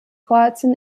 kroatien